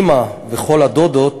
אימא וכל הדודות